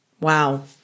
Wow